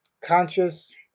conscious